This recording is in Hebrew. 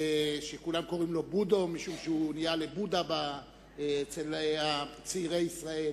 שכולם קוראים לו בודו משום שהוא נהיה לבודהה אצל צעירי ישראל,